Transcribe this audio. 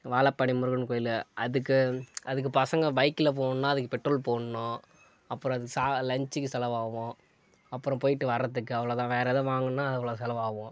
வாழப்பாடி முருகன் கோவிலு அதுக்கு அதுக்கு பசங்கள் பைக்கில் போகணுன்னா அதுக்கு பெட்ரோல் போடணும் அப்புறம் அது லன்ச்சுக்கு செலவாகும் அப்புறம் போய்ட்டு வர்றதுக்கு அவ்வளோதான் வேற ஏதாவது வாங்கணும்னா அவ்வளோ செலவாகும்